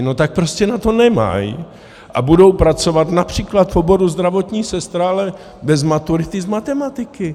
No tak prostě na to nemají a budou pracovat například v oboru zdravotní sestra, ale bez maturity z matematiky.